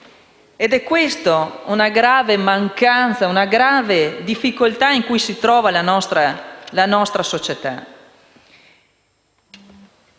È questa una grave mancanza e una grave difficoltà in cui si trova la nostra società.